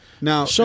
Now